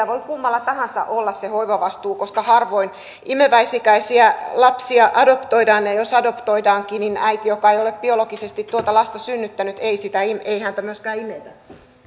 voi kummalla tahansa olla se hoivavastuu koska harvoin imeväisikäisiä lapsia adoptoidaan ja jos adoptoidaankin niin äiti joka ei ole biologisesti lasta synnyttänyt ei häntä myöskään imetä